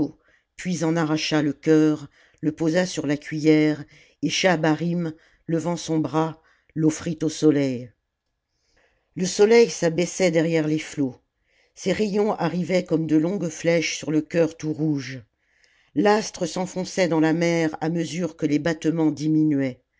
puis en arracha le cœur le posa sur la cuiller et schahabarim levant son bras l'offrit au soleil le soleil s'abaissait derrière les flots ses rayons arrivaient c tmme de longues flèches sur le cœur tout rouge l'astre s'enfonçait dans la mer à mesure que les battements diminuaient